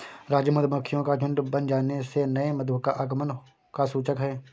राजू मधुमक्खियों का झुंड बन जाने से नए मधु का आगमन का सूचक है